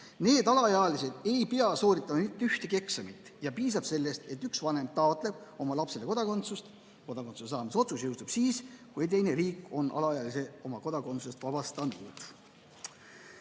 Need alaealised ei pea sooritama ühtegi eksamit. Piisab sellest, et üks vanem taotleb oma lapsele kodakondsust. Kodakondsuse saamise otsus jõustub siis, kui teine riik on alaealise oma kodakondsusest vabastanud.